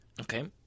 Okay